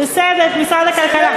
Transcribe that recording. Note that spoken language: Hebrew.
בסדר, את משרד הכלכלה.